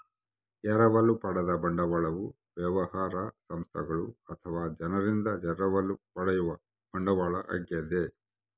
ಎರವಲು ಪಡೆದ ಬಂಡವಾಳವು ವ್ಯವಹಾರ ಸಂಸ್ಥೆಗಳು ಅಥವಾ ಜನರಿಂದ ಎರವಲು ಪಡೆಯುವ ಬಂಡವಾಳ ಆಗ್ಯದ